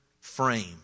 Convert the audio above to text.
frame